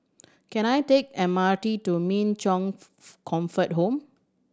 can I take M R T to Min Chong Comfort Home